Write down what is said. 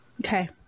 okay